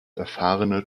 erfahrene